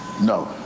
No